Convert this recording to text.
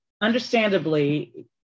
understandably